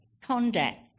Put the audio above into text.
conduct